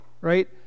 Right